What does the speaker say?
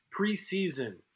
preseason